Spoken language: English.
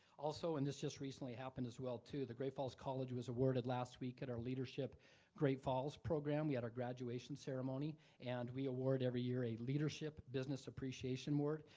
also, and this just recently happened as well too, the great falls college was awarded last week at our leadership great falls program. we had our graduation ceremony and we award every year a leadership business appreciation award,